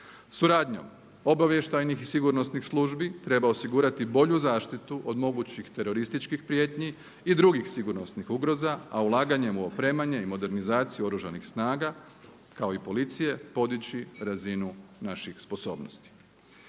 Suradnjom obavještajnih i sigurnosnih službi treba osigurati bolju zaštitu od mogućih terorističkih prijetnji i drugih sigurnosnih ugroza, a ulaganjem u opremanje i modernizaciju oružanih snaga kao i policije podići razinu naših sposobnosti.